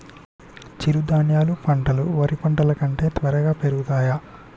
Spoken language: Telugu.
చిరుధాన్యాలు పంటలు వరి పంటలు కంటే త్వరగా పెరుగుతయా?